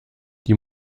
die